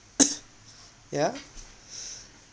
yeah